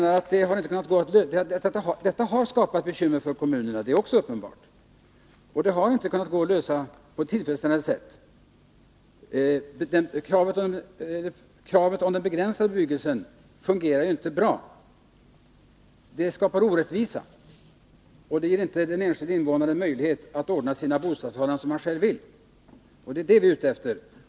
Att detta har skapat problem för kommunerna är uppenbart, och det har inte gått att komma fram till en tillfredsställande lösning. Kravet beträffande en begränsad bebyggelse fungerar inte bra utan skapar orättvisa och ger inte den enskilde invånaren möjlighet att ordna sina bostadsförhållanden som han själv vill — och det är vad vi är ute efter.